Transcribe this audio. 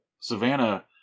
Savannah